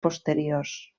posteriors